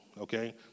okay